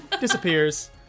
disappears